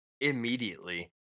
immediately